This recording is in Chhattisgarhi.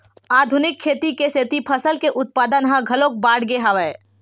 आधुनिक खेती के सेती फसल के उत्पादन ह घलोक बाड़गे हवय